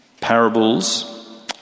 Parables